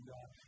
God